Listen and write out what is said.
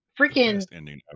freaking